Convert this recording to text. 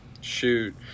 Shoot